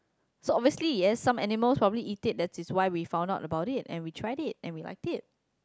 so obviously yes some animals probably eat it that is why we found out about it and we tried it and we liked it